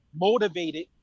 motivated